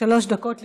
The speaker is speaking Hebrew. שלוש דקות לרשותך.